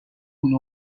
خونه